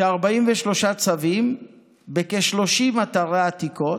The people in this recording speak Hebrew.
כ-43 צווים בכ-30 אתרי עתיקות,